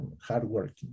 hardworking